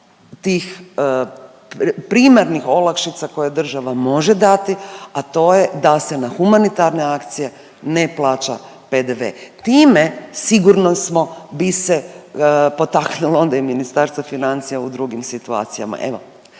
tih primarnih olakšica koje država može dati, a to je da se na humanitarne akcije ne plaća PDV. Time sigurni smo, bi se potaknulo onda i Ministarstvo financija u drugim situacijama.